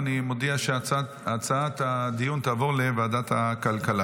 אני מודיע שהצעת הדיון תעבור לוועדת הכלכלה.